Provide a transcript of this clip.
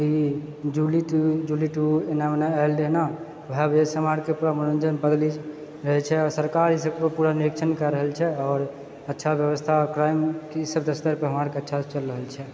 कि जूली टू जूली टू एना ओना आएल रहै ने ओएह वजहसँ पूरा मनोरञ्जन बदलि रहैत छै आओर सरकार अहि सभके पूरा निरीक्षण कए रहल छै आओर अच्छा व्यवस्था क्राइम किस स्तर पर हमर अच्छासँ चलि रहल छै